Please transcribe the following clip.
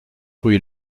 rue